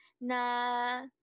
na